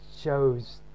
shows